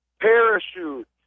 Parachute